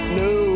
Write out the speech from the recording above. no